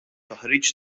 taħriġ